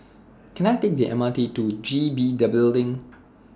Can I Take The M R T to G B The Building